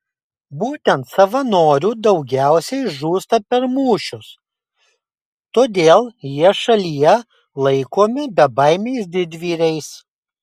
būtent savanorių daugiausiai žūsta per mūšius todėl jie šalyje laikomi bebaimiais didvyriais